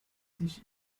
sich